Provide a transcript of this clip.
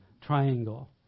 triangle